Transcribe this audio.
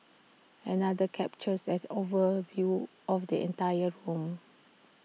another captures as overview of the entire room